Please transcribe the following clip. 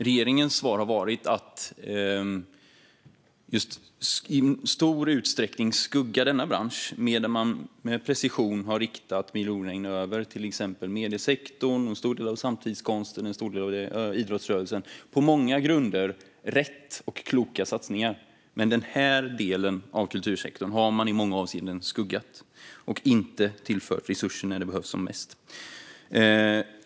Regeringens svar har varit att i stor utsträckning ställa denna bransch i skuggan medan man med precision har riktat miljonregn över till exempel mediesektorn, en stor del av samtidskonsten och en stor del av idrottsrörelsen - på många grunder bra och kloka satsningar. Men denna del av kultursektorn har man i många avseenden ställt i skuggan och inte tillfört resurser när det behövs som bäst.